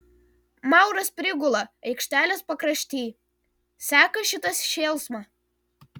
mauras prigula aikštelės pakrašty seka šitą šėlsmą